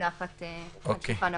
שמונחת על שולחן הוועדה.